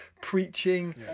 preaching